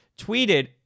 tweeted